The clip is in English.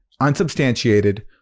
unsubstantiated